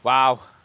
Wow